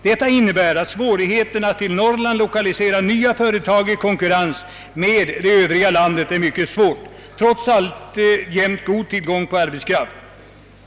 Detta innebär att svårigheten att till Norrland lokalisera nya företag i konkurrens med det övriga landet är mycket stor, trots alltjämt god tillgång på arbetskraft.